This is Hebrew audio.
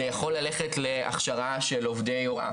זה יכול גם ללכת להכשרה של עובדי הוראה,